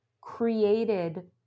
created